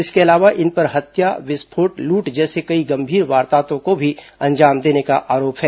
इसके अलावा इन पर हत्या विस्फोट लूट जैसे कई गंभीर वारदातों को भी अंजाम देने का आरोप है